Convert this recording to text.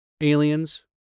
aliens